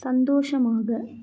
சந்தோஷமாக